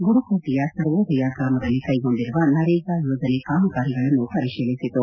ಗುಡಕೋಟೆಯ ಸರ್ವೋದಯ ಗ್ರಾಮದಲ್ಲಿ ಕೈಗೊಂಡಿರುವ ನರೇಗಾ ಯೋಜನೆ ಕಾಮಗಾರಿಗಳನ್ನು ಪರಿಶೀಲಿಸಿತು